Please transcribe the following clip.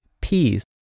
peas